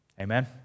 Amen